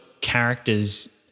characters